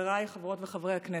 חבריי חברות וחברי הכנסת,